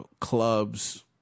clubs